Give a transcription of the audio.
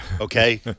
Okay